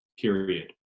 period